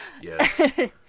yes